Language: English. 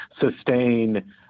sustain